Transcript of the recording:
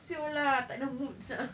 siot lah tak ada mood sia